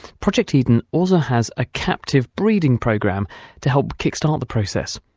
project eden also has a captive breeding program to help kick-start the process.